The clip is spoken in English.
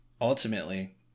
ultimately